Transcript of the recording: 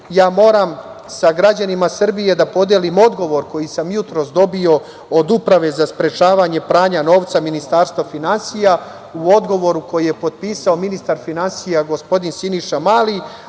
ja moram sa građanima Srbije da podelim odgovor koji sam jutros dobio, od Uprave za sprečavanje pranja novca Ministarstva finansija, u odgovoru koji je potpisao ministar finansija gospodin Siniša Mali,